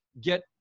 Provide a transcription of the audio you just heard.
get